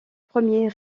premier